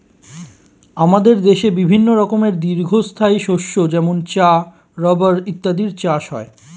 আমাদের দেশে বিভিন্ন রকমের দীর্ঘস্থায়ী শস্য যেমন চা, রাবার ইত্যাদির চাষ হয়